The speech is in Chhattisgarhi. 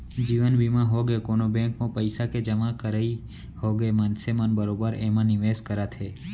जीवन बीमा होगे, कोनो बेंक म पइसा के जमा करई होगे मनसे मन बरोबर एमा निवेस करत हे